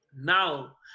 Now